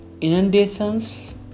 inundations